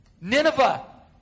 Nineveh